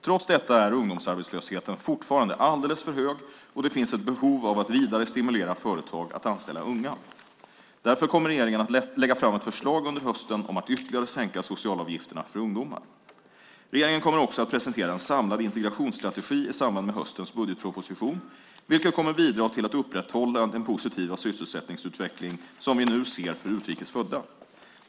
Trots detta är ungdomsarbetslösheten fortfarande alldeles för hög, och det finns ett behov av att vidare stimulera företag att anställa unga. Därför kommer regeringen att lägga fram ett förslag under hösten om att ytterligare sänka socialavgifterna för ungdomar. Regeringen kommer också att presentera en samlad integrationsstrategi i samband med höstens budgetproposition, vilket kommer att bidra till att upprätthålla den positiva sysselsättningsutveckling som vi nu ser för utrikes födda.